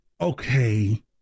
okay